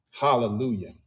hallelujah